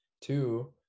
Two